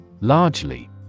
Largely